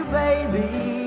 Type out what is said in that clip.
baby